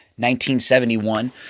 1971